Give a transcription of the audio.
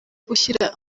gushyira